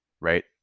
Right